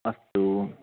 अस्तु